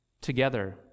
together